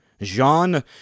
Jean